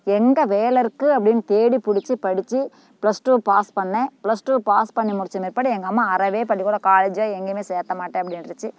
எங்கே வேலை இருக்குது அப்படின்னு தேடி பிடிச்சி படித்து பிளஸ் டூவும் பாஸ் பண்ணேன் பிளஸ் டூ பாஸ் பண்ணி முடித்த பிற்பாடு எங்கள் அம்மா அறவே பள்ளிக்கூடம் காலேஜோ எங்கேயுமே சேக்க மாட்டேன் அப்படின்ட்ருச்சி